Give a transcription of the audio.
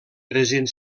present